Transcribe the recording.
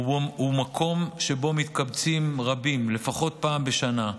ומקום שבו מתקבצים רבים לפחות פעם בשנה.